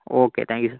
okay thank you sir